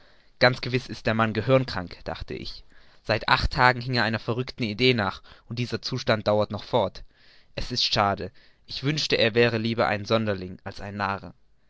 ganz gewiß ist der mann gehirnkrank dachte ich seit acht tagen hing er einer verrückten idee nach und dieser zustand dauert noch fort es ist schade ich wünschte er wäre lieber ein sonderling als ein narr